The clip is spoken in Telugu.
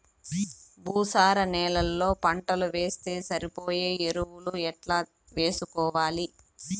భూసార నేలలో పంటలు వేస్తే సరిపోయే ఎరువులు ఎట్లా వేసుకోవాలి?